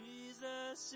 Jesus